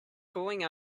going